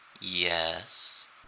Yes